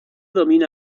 domina